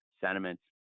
sentiments